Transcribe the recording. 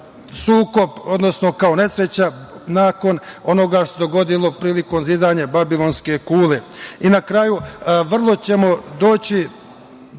sukob, odnosno kao nesreća nakon onoga što se dogodilo prilikom zidanja Babilonske kule. Na kraju, da se samo ponekad